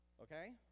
Okay